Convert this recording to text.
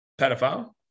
pedophile